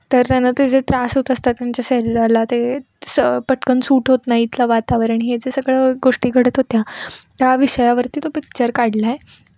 तर त्यांना ते जे त्रास होत असतात त्यांच्या शरीराला ते असं पटकन सूट होत नाही इथलं वातावरण हे जे सगळं गोष्टी घडत होत्या त्या विषयावरती तो पिक्चर काढला आहे